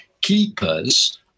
keepers